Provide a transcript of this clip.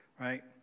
right